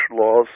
laws